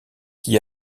qui